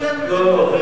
זה לא מישהו.